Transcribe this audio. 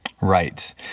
Right